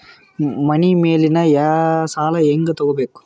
ಮನಿ ಮೇಲಿನ ಸಾಲ ಹ್ಯಾಂಗ್ ತಗೋಬೇಕು?